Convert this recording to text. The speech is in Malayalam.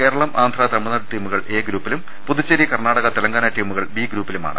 കേരളം ആന്ധ്ര തമിഴ്നാട് ടീമുകൾ എ ഗ്രൂപ്പിലും പുതുച്ചേരി കർണാടക തെലങ്കാന ടീമുകൾ ബി ഗ്രൂപ്പിലുമാണ്